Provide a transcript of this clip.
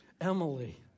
Emily